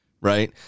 right